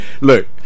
Look